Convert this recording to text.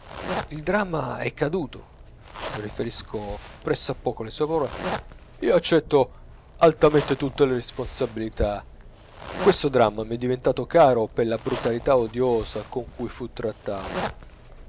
bene disse il dramma è caduto riferisco presso a poco le sue parole io accetto altamente tutte le responsabilità questo dramma m'è diventato caro per la brutalità odiosa con cui fu trattato